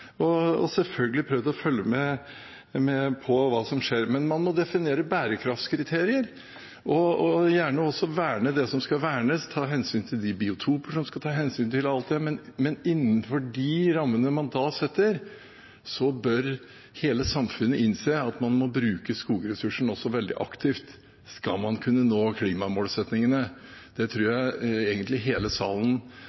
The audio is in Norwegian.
vi har selvfølgelig prøvd å følge med på hva som skjer. Men man må altså definere bærekraftskriterier og gjerne også verne det som skal vernes, ta hensyn til de biotoper som det skal tas hensyn til – alt det – men innenfor de rammene man da setter, bør hele samfunnet innse at man må bruke skogressursen veldig aktivt skal man kunne nå klimamålsettingene. Det